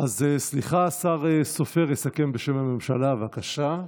השר סופר יסכם בשם הממשלה, בבקשה.